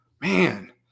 Man